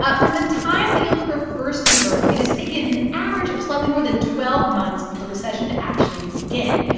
ah from the time the yield curve first inverts, it has taken an average of slightly more than twelve months for the recession to actually begin.